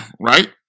right